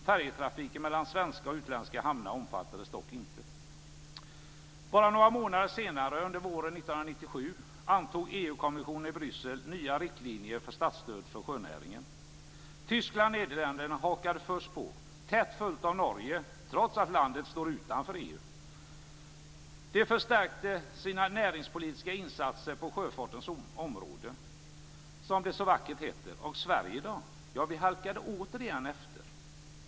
Färjetrafiken mellan svenska och utländska hamnar omfattades dock inte. Bara några månader senare - under våren 1997 - antog EU-kommissionen i Bryssel nya riktlinjer för statsstöd för sjönäringen. Tyskland och Nederländerna hakade på först, tätt följda av Norge, trots att landet står utanför EU. De förstärkte sina näringspolitiska insatser på sjöfartens område, som det så vackert heter. Sverige då? Vi halkade återigen efter.